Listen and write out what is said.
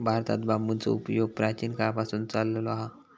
भारतात बांबूचो उपयोग प्राचीन काळापासून चाललो हा